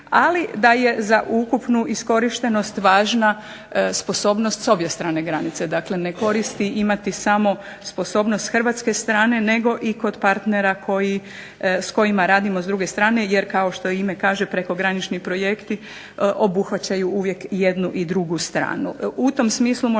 ali da je za ukupnu iskorištenost važna sposobnost s obje strane granice, dakle ne koristi imati samo sposobnost Hrvatske strane, nego i kod partnera s kojima radimo s druge strane, jer kao što ime kaže prekogranični projekti obuhvaćaju uvijek jednu i drugu stranu.